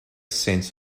sense